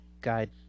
guide